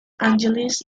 angeles